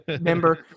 member